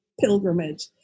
pilgrimage